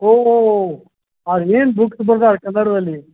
ಓಹ್ ಓಹ್ ಓಹ್ ಅದೇನು ಬುಕ್ಸ್ ಬರ್ದಾರೆ ಕನ್ನಡದಲ್ಲಿ